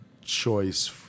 choice